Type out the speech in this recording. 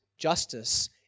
Justice